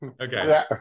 Okay